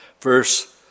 verse